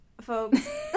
folks